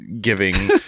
giving